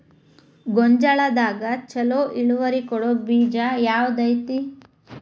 ಗೊಂಜಾಳದಾಗ ಛಲೋ ಇಳುವರಿ ಕೊಡೊ ಬೇಜ ಯಾವ್ದ್ ಐತಿ?